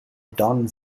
don